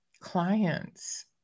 clients